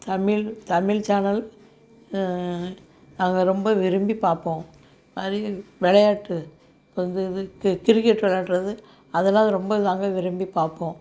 Tamil Tamil channel நாங்கள் ரொம்ப விரும்பி பார்ப்போம் விளையாட்டு இப்போ வந்து இது கிரிக்கெட் விளாட்றது அதிலாம் அது ரொம்ப நாங்கள் விரும்பி பார்ப்போம்